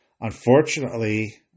unfortunately